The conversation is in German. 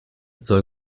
soll